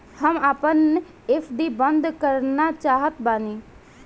हम आपन एफ.डी बंद करना चाहत बानी